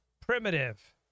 primitive